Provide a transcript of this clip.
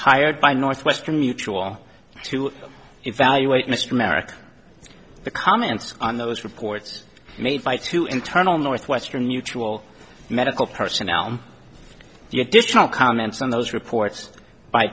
hired by northwestern mutual to evaluate mr merrick the comments on those reports made by two internal northwestern mutual medical personnel the additional comments on those reports by